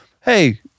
Hey